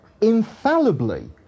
infallibly